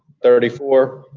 thirty four,